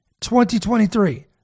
2023